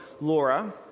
Laura